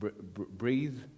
breathe